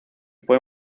fue